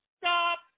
stop